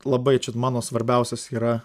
labai čia mano svarbiausias yra